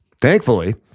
thankfully